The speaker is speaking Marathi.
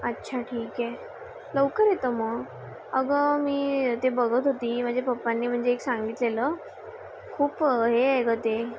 अच्छा ठीक आहे लवकर येतं म अगं मी ते बघत होती माझ्या पप्पांनी मंजे एक सांगितलेलं खूप हे आये गं ते